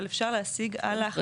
אבל אפשר להשיג על ההחלטות שלה.